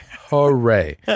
hooray